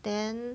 then